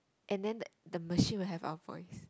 and then the machine will have our voice